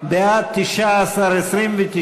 אגבאריה, להלן: